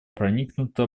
проникнута